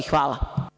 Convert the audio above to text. Hvala.